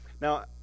Now